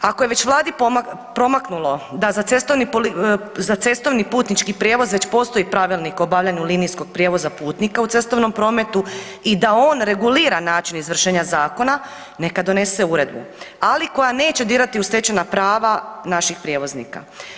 Ako je već Vladi promaknulo da za cestovni putnički prijevoz već postoji pravilnik o obavljanju linijskog prijevoza putnika u cestovnom prometu i da on regulira način izvršenja zakona, neka donese uredbu, ali koja neće dirati u stečena prava naših prijevoznika.